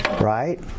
Right